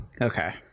okay